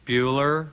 Bueller